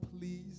please